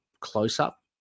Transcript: close-up